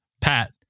Pat